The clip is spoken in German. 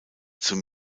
zum